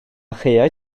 chaeau